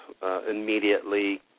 Immediately